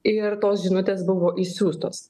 ir tos žinutės buvo išsiųstos